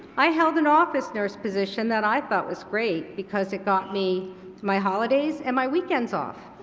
i held an office nurse position that i thought was great, because it got me my holidays and my weekends off.